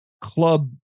club